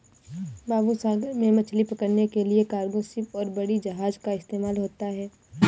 बाबू सागर में मछली पकड़ने के लिए कार्गो शिप और बड़ी जहाज़ का इस्तेमाल होता है